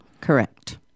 correct